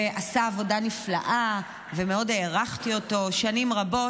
-- ועשה עבודה נפלאה ומאוד הערכתי אותו שנים רבות,